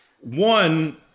One